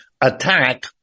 attack